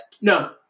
No